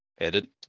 edit